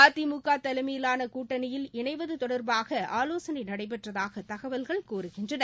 அதிமுக தலைமையிலான கூட்டனியில் இணைவது தொடர்பாக ஆலோசனை நடைபெற்றதாக தகவல்கள் கூறுகின்றன